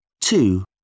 two